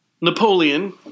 Napoleon